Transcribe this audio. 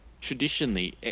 traditionally